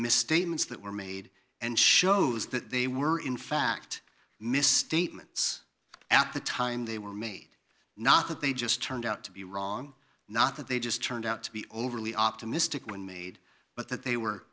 misstatements that were made and shows that they were in fact misstatements at the time they were made not that they just turned out to be wrong not that they just turned out to be overly optimistic when made but that they were